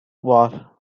war